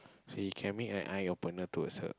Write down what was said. so he can make an eye opener towards her